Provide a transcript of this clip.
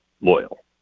loyal